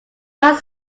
not